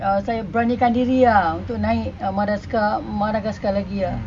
uh saya beranikan diri ah untuk naik madagascar madagascar lagi ah